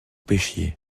pêchiez